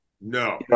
No